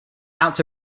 ounce